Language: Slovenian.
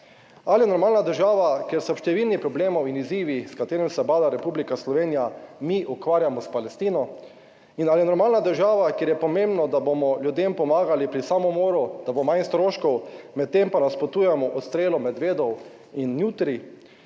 Ali je normalna država, kjer so številni problemi in izzivi, s katerimi se ubada Republika Slovenija, mi ukvarjamo s Palestino? In ali je normalna država, kjer je pomembno, da bomo ljudem pomagali pri samomoru, da bo manj stroškov, medtem pa nasprotujemo odstrelu medvedov in jutri,